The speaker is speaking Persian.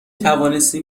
توانستیم